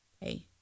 hey